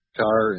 car